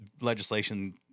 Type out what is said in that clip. legislation